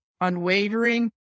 unwavering